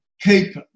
keep